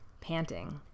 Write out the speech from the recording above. Panting